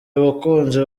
abakunzi